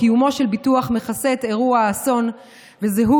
קיומו של ביטוח המכסה את אירוע האסון וזהות